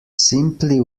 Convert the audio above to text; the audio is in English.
simply